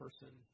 person